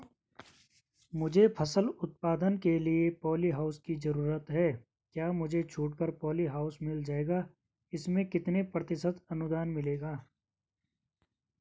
मुझे फसल उत्पादन के लिए प ॉलीहाउस की जरूरत है क्या मुझे छूट पर पॉलीहाउस मिल जाएगा इसमें कितने प्रतिशत अनुदान मिलेगा?